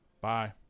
Bye